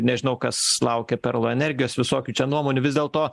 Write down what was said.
nežinau kas laukia perlo energijos visokių čia nuomonių vis dėlto